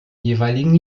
jeweiligen